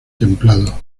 templado